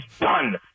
done